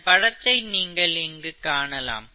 இந்தப் படத்தை நீங்கள் இங்கு காணலாம்